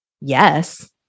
yes